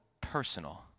personal